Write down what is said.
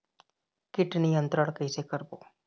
कीट नियंत्रण कइसे करबो?